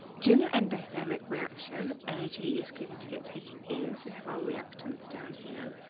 during an endothermic reaction, energy is going to get taken in, so we have our reactants down here.